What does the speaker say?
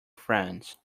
friends